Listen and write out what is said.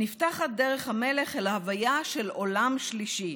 נפתחת דרך המלך אל הוויה של עולם שלישי: